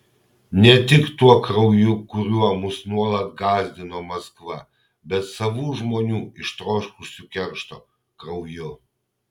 ne tik tuo krauju kuriuo mus nuolat gąsdino maskva bet savų žmonių ištroškusių keršto krauju